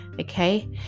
Okay